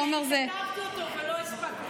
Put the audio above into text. תומר זה, כתבתי אותו ולא הספקתי.